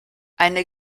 eine